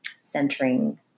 centering